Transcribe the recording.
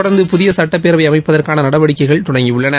தொடர்ற்து புதிய சட்டபேரவையை அமைப்பதற்கான நடவடிக்கைகளை தொடங்கியுள்ளன